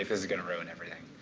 is going to ruin everything.